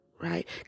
right